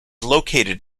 located